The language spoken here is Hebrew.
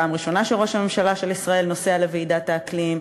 פעם ראשונה שראש הממשלה של ישראל נוסע לוועידת האקלים,